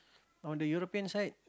on the European side